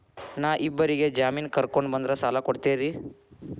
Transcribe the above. ನಾ ಇಬ್ಬರಿಗೆ ಜಾಮಿನ್ ಕರ್ಕೊಂಡ್ ಬಂದ್ರ ಸಾಲ ಕೊಡ್ತೇರಿ?